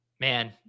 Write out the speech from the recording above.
Man